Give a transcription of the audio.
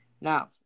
Now